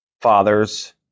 Fathers